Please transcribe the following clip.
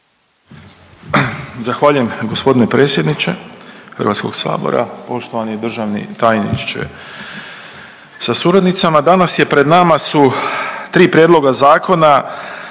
Zahvaljujem gospodine predsjedniče Hrvatskog sabora, poštovani državni tajniče sa suradnicama. Danas je pred nama su tri prijedloga zakona